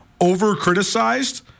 over-criticized